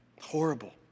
Horrible